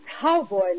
Cowboy